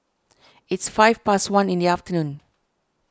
its five past one in the afternoon